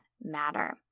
matter